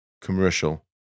commercial